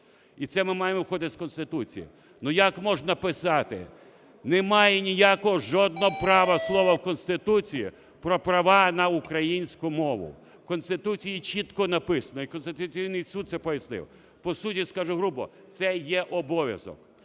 і це ми маємо виходити з Конституції. Ну як можна писати, немає ніякого жодного права слово в Конституції про права на українську мову. В Конституції чітко написано, і Конституційний Суд це пояснив, по суті скажу грубо, це є обов'язок.